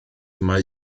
mae